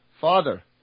Father